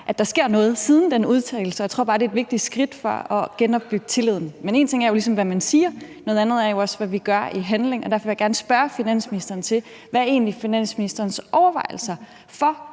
at der er sket noget siden den udtalelse. Jeg tror bare, at det er et vigtigt skridt for at genopbygge tilliden. Men én ting er ligesom, hvad man siger. Noget andet er, hvad vi gør i handling. Derfor vil jeg gerne spørge finansministeren, hvad finansministerens overvejelser